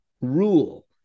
rule